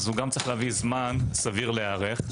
הוא גם צריך זמן סביר להיערך.